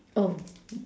oh